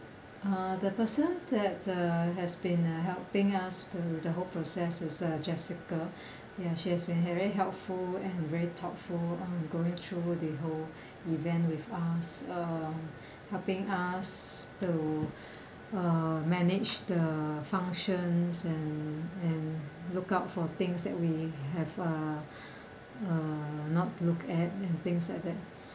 uh the person that uh has been uh helping us to the whole process is uh jessica ya she has been very helpful and very thoughtful um going through the whole event with us uh helping us to uh manage the functions and and look out for things that we have uh uh not look at and things like that